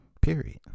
Period